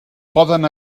poden